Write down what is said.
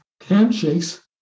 handshakes